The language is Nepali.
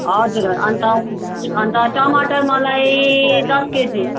हजुर ह अन्त अन्त टमाटर मलाई दस केजी